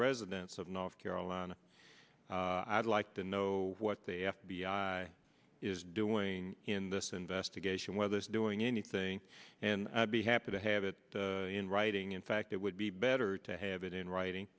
residents of north carolina i'd like to know what the f b i is doing in this investigation whether it's doing anything and i'd be happy to have it in writing in fact it would be better to have it in writing